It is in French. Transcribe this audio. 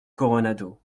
coronado